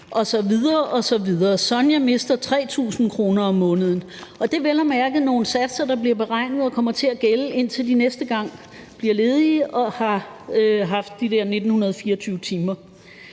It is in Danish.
8.000 kroner om måneden«, »Sonja mister 3000 kroner om måneden« osv. osv. Det er vel at mærke nogle satser, der bliver beregnet og kommer til at gælde, indtil de næste gang bliver ledige og har haft de der 1.924 timer.